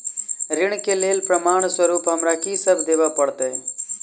ऋण केँ लेल प्रमाण स्वरूप हमरा की सब देब पड़तय?